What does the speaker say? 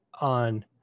on